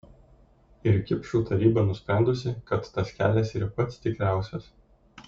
ir kipšų taryba nusprendusi kad tas kelias yra pats tikriausias